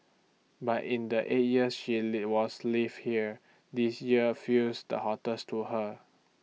but in the eight years she live was live here this year feels the hottest to her